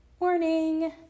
Morning